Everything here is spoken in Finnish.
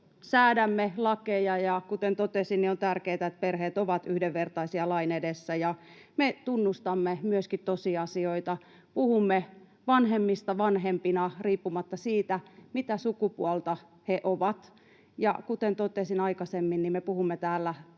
säädämme lakeja, ja kuten totesin, on tärkeätä, että perheet ovat yhdenvertaisia lain edessä ja me tunnustamme myöskin tosiasioita, puhumme vanhemmista vanhempina riippumatta siitä, mitä sukupuolta he ovat. Ja kuten totesin aikaisemmin, me puhumme täällä